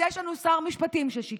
אז יש לנו שר משפטים ששיקר